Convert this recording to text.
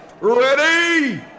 Ready